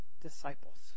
disciples